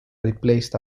replaced